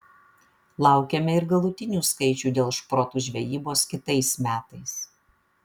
laukiame ir galutinių skaičių dėl šprotų žvejybos kitais metais